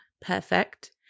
Perfect